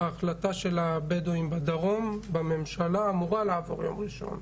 ההחלטה של הבדואים בדרום והממשלה אמורה לאשר ביום ראשון.